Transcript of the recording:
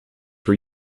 were